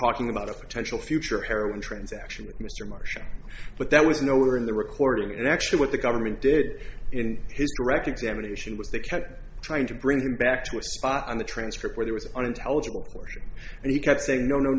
talking about a potential future heroin transaction with mr marshall but that was nowhere in the record in actually what the government did in his direct examination was they kept trying to bring him back to a spot on the transcript where there was unintelligible and he kept saying no no